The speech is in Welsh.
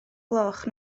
gloch